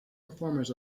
performers